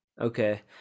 Okay